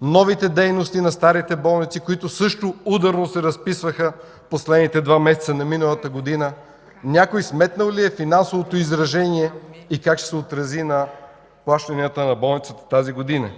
новите дейности на старите болници, които също ударно се разписваха през последните два месеца на миналата година – някой сметнал ли е финансовото изражение и как ще се отрази на плащанията на болниците през тази година?